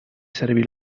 servir